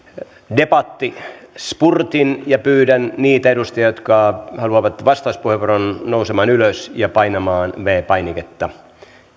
debattispurtin ja pyydän niitä edustajia jotka haluavat vastauspuheenvuoron nousemaan ylös ja painamaan viides painiketta